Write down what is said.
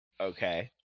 Okay